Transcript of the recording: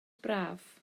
braf